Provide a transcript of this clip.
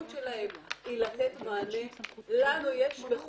היינו פה בדיונים קודמים, הובן, זה מה שמדובר.